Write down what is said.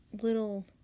little